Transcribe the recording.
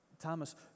Thomas